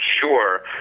sure